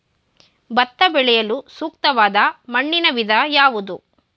ಭತ್ತ ಬೆಳೆಯಲು ಸೂಕ್ತವಾದ ಮಣ್ಣಿನ ವಿಧ ಯಾವುದು?